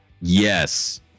Yes